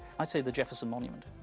i'd say the jefferson monument.